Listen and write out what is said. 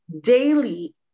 daily